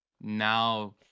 now